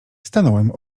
stanąłem